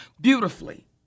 beautifully